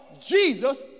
Jesus